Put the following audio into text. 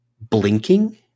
blinking